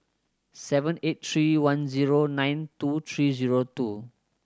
seven eight three one zero nine two three zero two